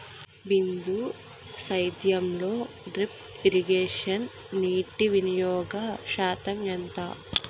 బిందు సేద్యంలో drip irrigation నీటివినియోగ శాతం ఎంత?